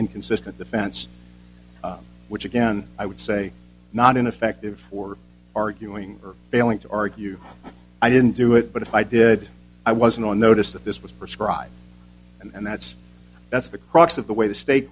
inconsistent defense which again i would say not ineffective or arguing for failing to argue i didn't do it but if i did i wasn't on notice that this was prescribed and that's that's the crux of the way the state